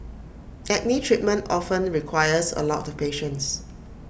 acne treatment often requires A lot of patience